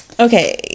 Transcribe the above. Okay